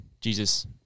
Jesus